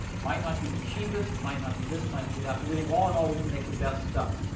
might not be the cheapest, might not be this, might not be that. but we think all in all, we can make the best stuff.